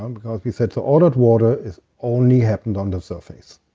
um because we said the ordered water is only happened on the surface.